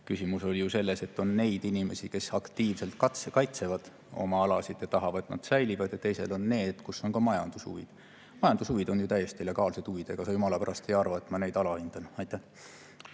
Küsimus oli ju selles, et on inimesi, kes aktiivselt kaitsevad oma alasid ja tahavad, et need säilivad, ja teised on need, kellel on ka majandushuvid. Majandushuvid on ju täiesti legaalsed huvid. Ega sa jumala pärast ei arva, et ma neid alahindan?